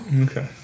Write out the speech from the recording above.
Okay